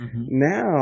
now